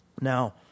Now